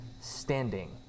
standing